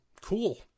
cool